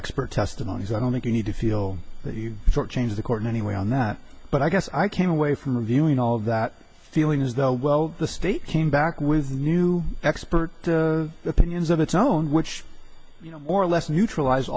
expert testimony so i don't think you need to feel that you were changed the court in any way on that but i guess i came away from reviewing all of that feeling as though well the state came back with new expert opinions of its own which you know or less neutralize